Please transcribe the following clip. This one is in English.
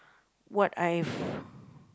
what I've